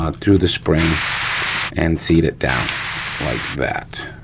um through the spring and seat it down like that,